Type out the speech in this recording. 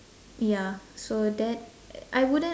ya so that I wouldn't